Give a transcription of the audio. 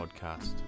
Podcast